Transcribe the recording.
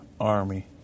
Army